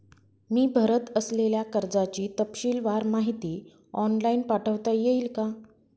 मी भरत असलेल्या कर्जाची तपशीलवार माहिती ऑनलाइन पाठवता येईल का?